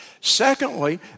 Secondly